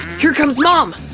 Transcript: here comes mom!